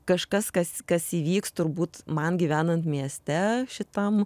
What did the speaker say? kažkas kas kas įvyks turbūt man gyvenant mieste šitam